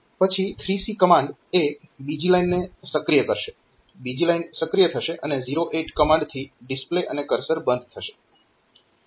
પછી 3C command એ બીજી લાઇનને સક્રિય કરશે બીજી લાઇન સક્રિય થશે અને 08 કમાન્ડથી ડિસ્પ્લે અને કર્સર બંધ થશે